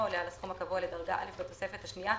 עולה על הסכום הקבוע לדרגה א' בתוספת השנייה,